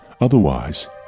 otherwise